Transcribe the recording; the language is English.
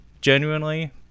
genuinely